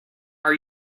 are